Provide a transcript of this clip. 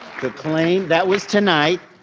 to claim, that was tonight.